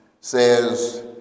says